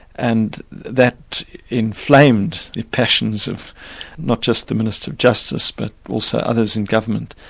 and that inflamed the passions of not just the minister of justice but also others in government,